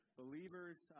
believers